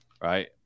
Right